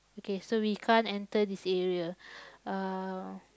okay so we can't enter this area uh